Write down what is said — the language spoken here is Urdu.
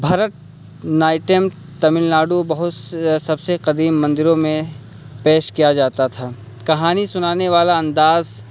بھرت نائٹم تمل ناڈو بہت سے سب سے قدیم مندروں میں پیش کیا جاتا تھا کہانی سنانے والا انداز